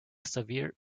severe